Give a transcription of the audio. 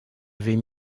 avait